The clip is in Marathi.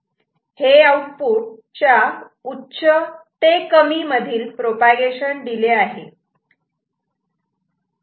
हे आउटपुटच्या उच्च ते कमी मधील प्रोपागेशन डिले आहे